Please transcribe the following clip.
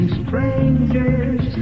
strangers